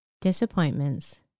Disappointments